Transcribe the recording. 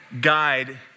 guide